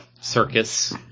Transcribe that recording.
circus